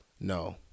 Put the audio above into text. no